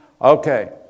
Okay